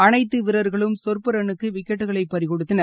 அனைத்து வீரர்களும் சொற்ப ரன்னுக்கு விக்கெட்களை பறி கொடுத்தனர்